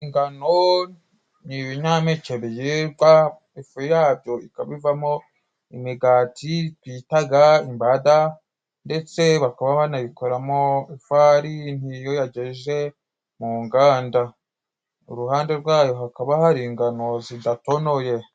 Ingano ni ibinyampeke byiza. Ifu yabyo ikaba ivamo imigati bitaga imbada, ndetse bakaba banayikoramo ifarini iyo yageje mu nganda. Uruhande rwayo hakaba hari ingano zidatonoye.